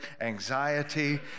anxiety